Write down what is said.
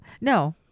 No